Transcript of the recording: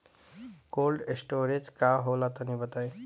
Cold storage का होला तनि बताई?